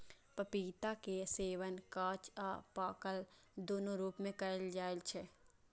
पपीता के सेवन कांच आ पाकल, दुनू रूप मे कैल जाइ छै